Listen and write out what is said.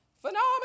Phenomenal